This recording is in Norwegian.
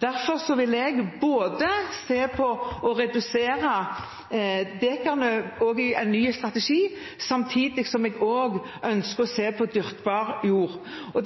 Derfor vil jeg både se på å redusere dekarene i en ny strategi samtidig som jeg også ønsker å se på dyrkbar jord.